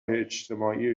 اجتماعی